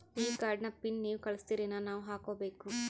ಈ ಕಾರ್ಡ್ ನ ಪಿನ್ ನೀವ ಕಳಸ್ತಿರೇನ ನಾವಾ ಹಾಕ್ಕೊ ಬೇಕು?